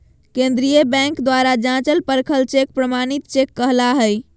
केंद्रीय बैंक द्वारा जाँचल परखल चेक प्रमाणित चेक कहला हइ